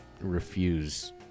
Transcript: refuse